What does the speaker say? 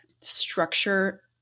structure